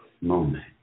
moment